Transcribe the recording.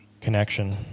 connection